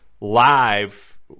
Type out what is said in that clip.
live